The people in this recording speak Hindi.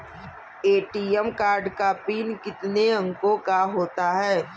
ए.टी.एम कार्ड का पिन कितने अंकों का होता है?